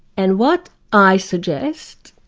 and what i suggest,